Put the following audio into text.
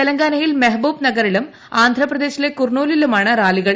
തെലങ്കാനയിൽ മെഹബൂബ് നഗറിലും ആന്ധ്രാപ്രദേശിലെ കൂർണൂലിലുമാണ് റാലികൾ